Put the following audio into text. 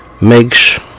makes